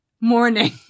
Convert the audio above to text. morning